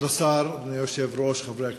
כבוד השר, אדוני היושב-ראש, חברי הכנסת,